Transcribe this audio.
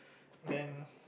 then